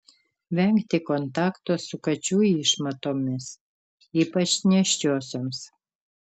vengti kontakto su kačių išmatomis ypač nėščiosioms